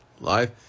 Life